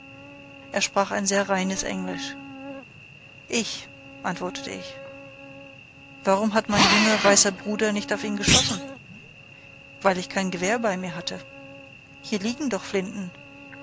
er sprach ein sehr reines englisch ich antwortete ich warum hat mein junger weißer bruder nicht auf ihn geschossen weil ich kein gewehr bei mir hatte hier liegen doch flinten